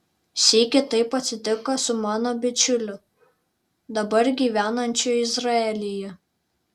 sykį taip atsitiko su mano bičiuliu dabar gyvenančiu izraelyje